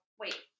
Wait